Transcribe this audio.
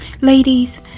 Ladies